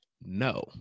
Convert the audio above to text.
no